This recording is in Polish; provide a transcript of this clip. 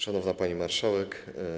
Szanowna Pani Marszałek!